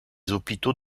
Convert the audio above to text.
hôpitaux